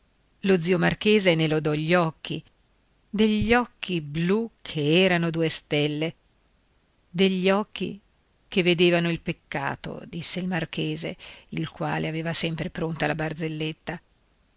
lo zio marchese ne lodò gli occhi degli occhi blù che erano due stelle degli occhi che vedevano il peccato disse il marchese il quale aveva sempre pronta la barzelletta